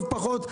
טוב פחות,